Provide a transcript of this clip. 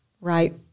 right